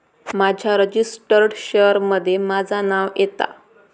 माझ्या registered share मध्ये माझा नाव येता